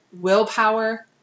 willpower